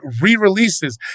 re-releases